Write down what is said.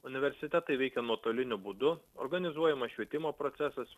universitetai veikia nuotoliniu būdu organizuojamas švietimo procesas